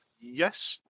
Yes